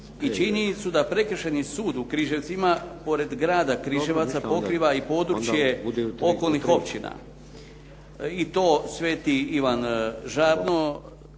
i činjenicu da Prekršajni sud u Križevcima pored grada Križevaca pokriva i područje okolnih općina i to Sveti Ivan Žabno,